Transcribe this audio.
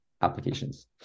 applications